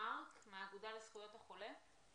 מרק מוספיר, האגודה לזכויות החולה,